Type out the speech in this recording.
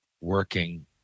working